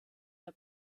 der